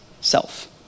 self